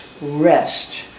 rest